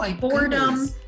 boredom